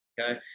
Okay